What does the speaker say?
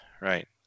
Right